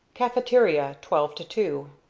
caffeteria. twelve to two